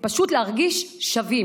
פשוט להרגיש שווים.